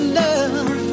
love